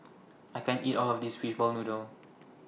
I can't eat All of This Fishball Noodle